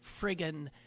friggin